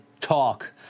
talk